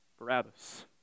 Barabbas